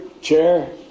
chair